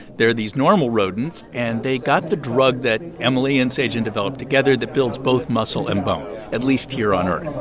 they're these normal rodents, and they got the drug that emily and se-jin developed together that builds both muscle and bone, at least here on earth